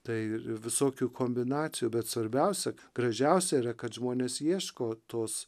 tai visokių kombinacijų bet svarbiausia gražiausia yra kad žmonės ieško tos